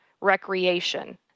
recreation